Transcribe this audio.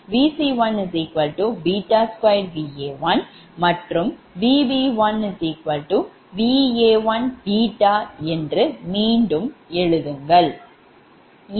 எனவே அதே வழியில் Va1Va1 Vc1 2Va1 மற்றும்Vb1 Va1 என்று மீண்டும் எழுதலாம்